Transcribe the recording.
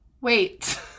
wait